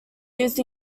used